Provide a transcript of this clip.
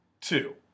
two